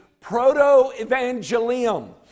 proto-evangelium